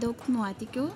daug nuotykių